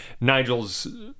Nigel's